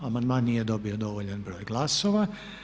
Amandman nije dobio dovoljan broj glasova.